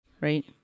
right